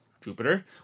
Jupiter